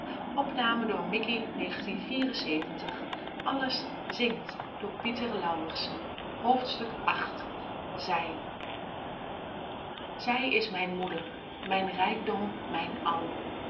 alles zingt ij is mijn moeder mijn rijkdom mijn